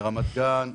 רמת גן,